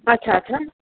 अछा अछा